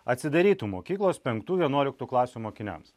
atsidarytų mokyklos penktų vienuoliktų klasių mokiniams